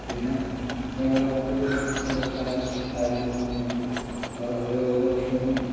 പിന്നെ വേറെ മറ്റൊരു കാരണം കാര്യമെന്നു പറഞ്ഞു കഴിഞ്ഞാൽ വേറെ ഓരോ ഓരോ വർഷവും